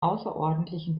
außerordentlichen